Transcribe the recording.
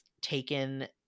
taken